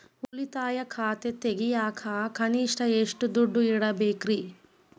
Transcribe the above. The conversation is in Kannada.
ಉಳಿತಾಯ ಖಾತೆ ತೆಗಿಯಾಕ ಕನಿಷ್ಟ ಎಷ್ಟು ದುಡ್ಡು ಇಡಬೇಕ್ರಿ?